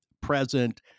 present